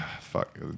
fuck